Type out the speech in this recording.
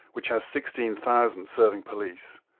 which has sixteen thousand serving police,